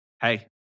Hey